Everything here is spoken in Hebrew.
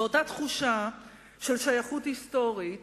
ואותה תחושה של שייכות היסטורית